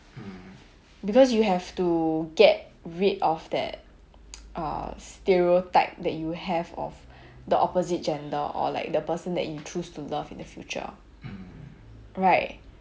because you have to get rid of that uh stereotype that you have of the opposite gender or like the person that you choose to love in the future right